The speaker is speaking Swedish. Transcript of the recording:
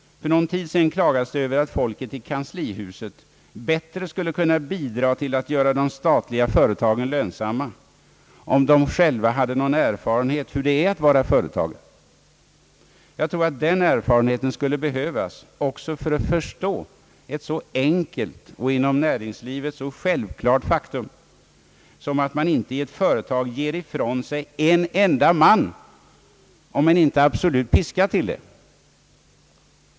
För någon tid sedan klagades det över att folket i kanslihuset bättre skulle kunna bidraga till att göra de statliga företagen lönsamma om de själva hade någon erfarenhet av att vara företagare. Jag tror att den erfarenheten skulle behövas också för att förstå ett så enkelt och inom näringslivet så självklart faktum som att man inte i ett företag ger ifrån sig en enda man, om man inte är absolut piskad till det.